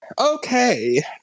Okay